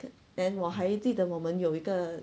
!huh!